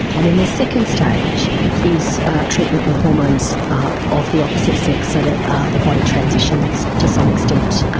and then the second stage is treatment with hormones of the opposite sex so that the body transitions, to some extent,